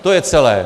To je celé.